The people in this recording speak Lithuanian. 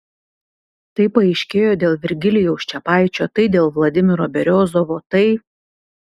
tai paaiškėjo dėl virgilijaus čepaičio tai dėl vladimiro beriozovo tai